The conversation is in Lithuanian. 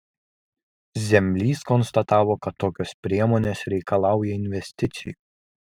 zemlys konstatavo kad tokios priemonės reikalauja investicijų